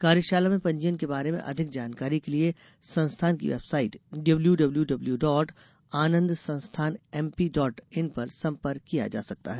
कार्यशाला में पंजीयन के बारे में अधिक जानकारी के लिये संस्थान की वेबसाइट डब्ल्यूडब्ल्यूडब्ल्यू डॉट आनंदसंस्थानएमपी डॉट इन पर संपर्क किया जा सकता है